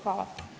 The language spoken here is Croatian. Hvala.